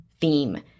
theme